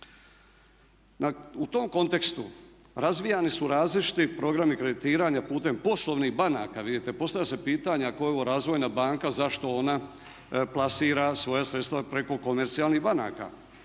U tom kontekstu razvijani su različiti programi kreditiranja putem poslovnih banaka. Vidite, postavlja se pitanje ako je ovo razvojna banka zašto ona plasira svoja sredstva preko komercijalnih banaka.